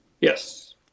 Yes